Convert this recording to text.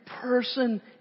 person